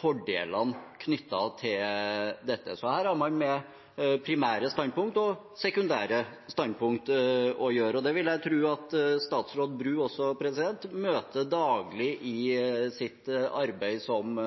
fordelene knyttet til dette. Så her har man med primære standpunkt og sekundære standpunkt å gjøre, og det vil jeg tro at statsråd Bru også møter daglig i sitt arbeid som